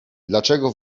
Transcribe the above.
dlaczego